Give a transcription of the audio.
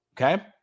Okay